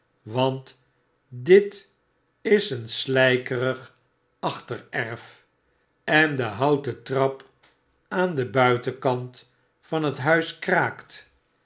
want dit is eenslykerigachtererf en de houten trap aan den buitenkant van het huis kraakt